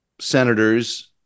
senators